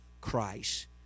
Christ